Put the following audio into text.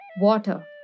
Water